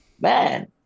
man